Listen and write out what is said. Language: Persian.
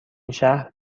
شهر